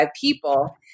people